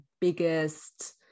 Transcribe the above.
biggest